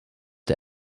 der